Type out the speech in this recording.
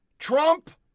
Trump